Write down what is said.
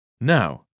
Now